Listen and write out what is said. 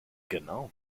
genau